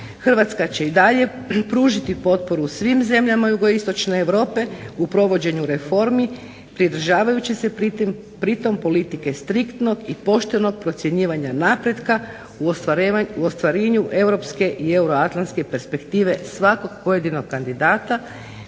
Hrvatska će i dalje pružiti potporu svim zemljama Jugoistočne Europe u provođenju reformi pridržavajući se pri tome politike striktnog i poštenog procjenjivanja napretka u ostvarivanju europske i euroatlantske perspektive svakog pojedinog kandidata.